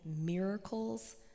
miracles